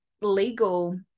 legal